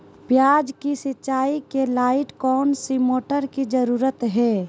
प्याज की सिंचाई के लाइट कौन सी मोटर की जरूरत है?